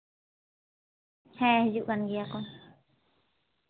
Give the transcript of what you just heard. ᱦᱮᱸ ᱦᱤᱡᱩᱜ ᱠᱟᱱ ᱜᱮᱭᱟᱠᱚ